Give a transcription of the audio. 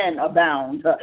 abound